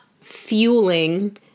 fueling